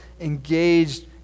engaged